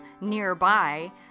nearby